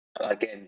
again